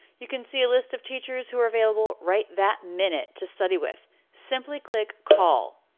you can see a list of teachers who are available right that minute to study with. simply click call.